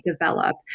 develop